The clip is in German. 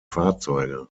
fahrzeuge